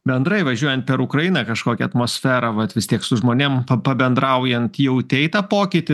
bendrai važiuojan per ukrainą kažkokia atmosfera vat vis tiek su žmonėm pa pabendraujant jautei tą pokytį